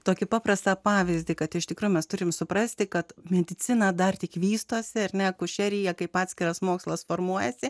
tokį paprastą pavyzdį kad iš tikro mes turime suprasti kad medicina dar tik vystosi ir ne akušerija kaip atskiras mokslas formuojasi